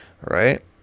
Right